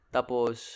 Tapos